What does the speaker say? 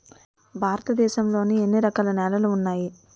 భారతదేశం లో ఎన్ని రకాల నేలలు ఉన్నాయి?